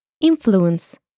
influence